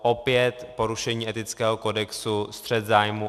Opět porušení etického kodexu, střet zájmů.